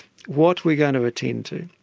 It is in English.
what we're going to attend to.